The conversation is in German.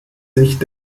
sicht